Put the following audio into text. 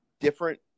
different